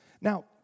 Now